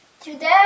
Today